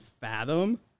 fathom